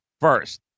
first